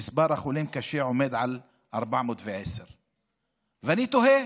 ומספר החולים קשה עומד על 410. ואני תוהה: